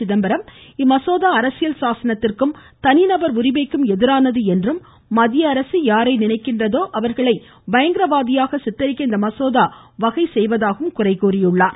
சிதம்பரம் இந்த மசோதா அரசியல் சாசனத்திற்கும் தனிநபர் உரிமைக்கு எதிரானது என்றும் மத்திய அரசு யாரை நினைக்கின்றதோ அவர்களை பயங்கரவாதியாக சித்தரிக்க இந்த மசோதா வகை செய்வதாகவும் குறை கூறினார்